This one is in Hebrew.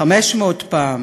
500 פעם.